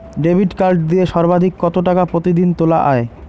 Debit card দিয়ে সর্বাধিক কত টাকা প্রতিদিন তোলা য়ায়?